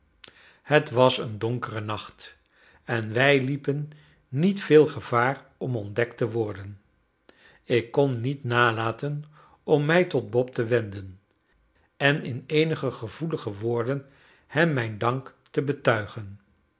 het was een donkere nacht en wij liepen niet veel gevaar om ontdekt te worden ik kon niet nalaten om mij tot bob te wenden en in eenige gevoelige woorden hem mijn dank te betuigen